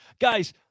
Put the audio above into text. guys